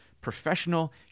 professional